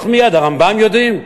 הרמב"ם יודעים,